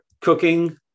Cooking